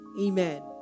Amen